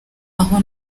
aho